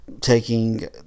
taking